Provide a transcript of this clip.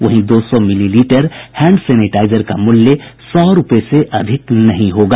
वहीं दो सौ मिलीलीटर हैंड सेनेटाईजर का मूल्य सौ रूपये से अधिक नहीं होगा